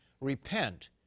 Repent